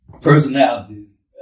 personalities